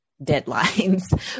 deadlines